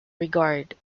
regard